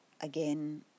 again